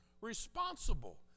responsible